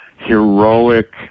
heroic